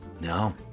No